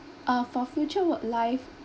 uh for future work life